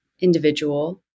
individual